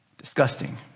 Disgusting